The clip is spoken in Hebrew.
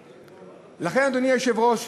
לכן, אדוני היושב-ראש,